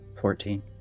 Fourteen